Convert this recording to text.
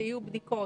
שיהיו בדיקות,